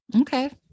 Okay